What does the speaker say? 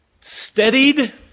steadied